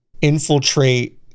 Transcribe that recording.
infiltrate